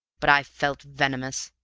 but i felt venomous!